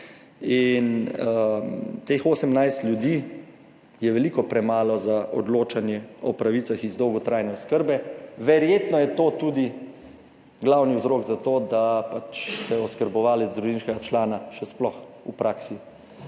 in teh 18 ljudi je veliko premalo za odločanje o pravicah iz dolgotrajne oskrbe. Verjetno je to tudi glavni vzrok za to, da se oskrbovalec družinskega člana še sploh v praksi